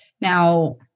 now